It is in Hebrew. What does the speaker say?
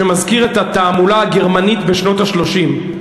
שמזכיר את התעמולה הגרמנית בשנות ה-30.